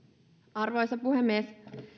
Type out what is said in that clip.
arvoisa puhemies